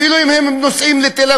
אפילו אם הם נוסעים לתל-אביב,